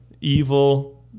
evil